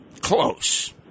Close